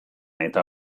eta